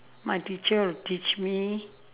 my teacher will teach me